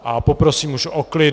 A poprosím už o klid.